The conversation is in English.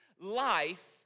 life